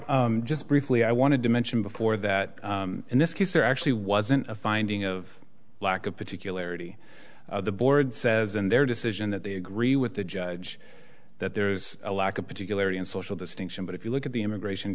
much just briefly i wanted to mention before that in this case there actually wasn't a finding of lack of particularities the board says in their decision that they agree with the judge that there's a lack of particularly in social distinction but if you look at the immigration